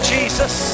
Jesus